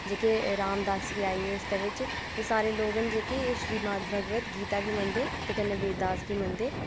जेह्के राम दासिये आई गे उसदे बिच सारे लोक जेह्के श्री मद्भगवत गीता गी मनदे ते कन्नै वेदास गी मनदे